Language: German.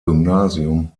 gymnasium